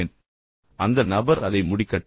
தயவுசெய்து அந்த நபர் அதை முடிக்கட்டும்